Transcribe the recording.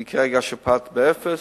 כי כרגע השפעת באפס,